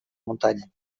muntanya